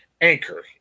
Anchor